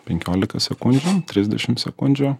penkiolika sekundžių trisdešim sekundžių